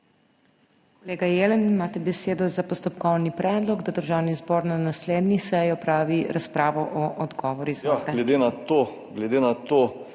Kolega Jelen, imate besedo za postopkovni predlog, da Državni zbor na naslednji seji opravi razpravo o odgovoru. Izvolite.